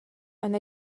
han